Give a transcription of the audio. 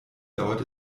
dauert